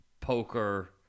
poker